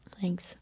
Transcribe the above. Thanks